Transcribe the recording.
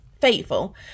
faithful